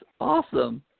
awesome